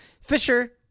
Fisher